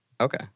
Okay